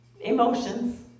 emotions